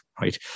Right